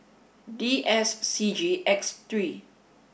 D S C G X three